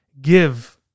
give